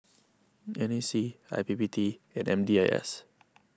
N A C I P P T and M D I S